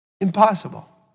impossible